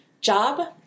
job